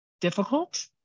difficult